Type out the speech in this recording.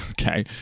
Okay